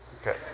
okay